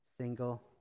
single